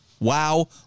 Wow